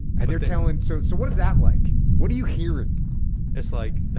and they're telling so so what is that like what are you hearing it's like